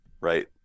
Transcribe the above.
right